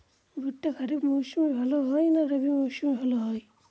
ভুট্টা খরিফ মৌসুমে ভাল হয় না রবি মৌসুমে ভাল হয়?